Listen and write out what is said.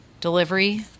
delivery